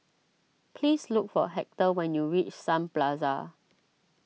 please look for Hector when you reach Sun Plaza